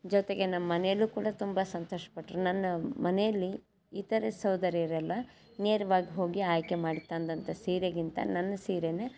ಜೊತೆಗೆ ನಮ್ಮನೆಯಲ್ಲೂ ಕೂಡ ತುಂಬ ಸಂತೋಷ ಪಟ್ಟರು ನನ್ನ ಮನೆಯಲ್ಲಿ ಇತರ ಸಹೋದರಿಯರೆಲ್ಲ ನೇರ್ವಾಗಿ ಹೋಗಿ ಆಯ್ಕೆ ಮಾಡಿ ತಂದಂಥ ಸೀರೆಗಿಂತ ನನ್ನ ಸೀರೆನೇ